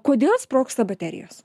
kodėl sprogsta baterijos